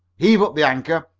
heave up the anchor,